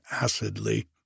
acidly